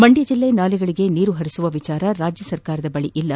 ಮಂಡ್ಕ ಜಿಲ್ಲೆಯ ನಾಲೆಗಳಗೆ ನೀರು ಹರಿಸುವ ವಿಚಾರ ರಾಜ್ಯ ಸರ್ಕಾರದ ಬಳಿ ಇಲ್ಲ